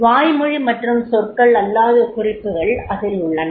வாய்மொழி மற்றும் சொற்கள் அல்லாத குறிப்புகள் அதில் உள்ளன